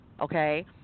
okay